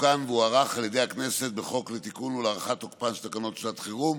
תוקן והוארך על ידי הכנסת בחוק לתיקון ולהארכת תוקפן של תקנות שעת חירום